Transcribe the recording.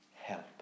help